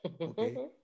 okay